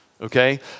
Okay